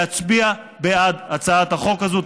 להצביע בעד הצעת החוק הזאת.